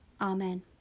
Amen